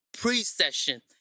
pre-session